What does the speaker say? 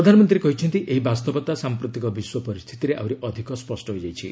ପ୍ରଧାନମନ୍ତ୍ରୀ କହିଛନ୍ତି ଏହି ବାସ୍ତବତା ସାମ୍ପ୍ରତିକ ବିଶ୍ୱ ପରିସ୍ଥିତିରେ ଆହୁରି ଅଧିକ ସ୍ୱଷ୍ଟ ହୋଇଯାଇଛି